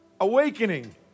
awakening